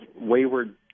wayward